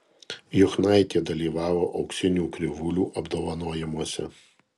juchnaitė dalyvavo auksinių krivūlių apdovanojimuose